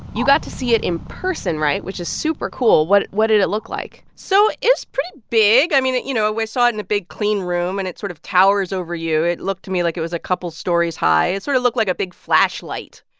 you got to see it in person, right? which is super cool. what what did it look like? so it was pretty big. i mean, you know, we saw it in a big, clean room, and it sort of towers over you. it looked to me like it was a couple stories high. it sort of looked like a big flashlight.